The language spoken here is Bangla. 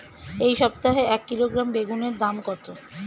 এই সপ্তাহে এক কিলোগ্রাম বেগুন এর দাম কত?